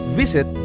visit